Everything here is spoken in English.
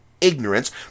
ignorance